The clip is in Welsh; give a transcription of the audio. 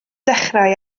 dechrau